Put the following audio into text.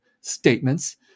statements